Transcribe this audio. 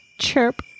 chirp